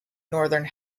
northern